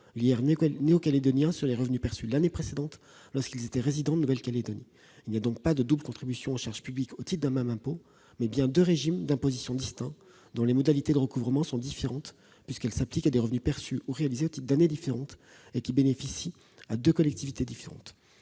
le revenu néo-calédonien sur les revenus perçus l'année précédente, lorsqu'ils étaient résidents de Nouvelle-Calédonie. Il n'y a donc pas de double contribution aux charges publiques au titre d'un même impôt, mais bien deux régimes d'imposition distincts dont les modalités de recouvrement sont différentes, puisqu'elles s'appliquent à des revenus perçus ou réalisés au titre d'années différentes et profitent à deux collectivités différentes.